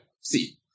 see